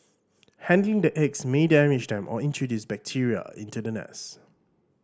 handling the eggs may damage them or introduce bacteria into the nest